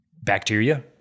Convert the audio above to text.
bacteria